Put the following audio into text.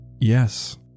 Yes